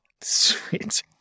Sweet